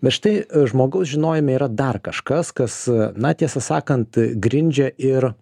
bet štai žmogaus žinojome yra dar kažkas kas na tiesą sakant grindžia ir